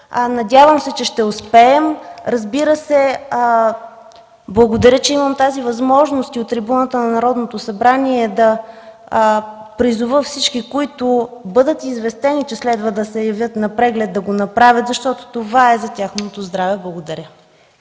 Надявам се, че ще успеем. Разбира се, благодаря, че имам тази възможност и от трибуната на Народното събрание да призова всички, които бъдат известени, да се явят на преглед и да го направят, защото това е за тяхното здраве. Благодаря.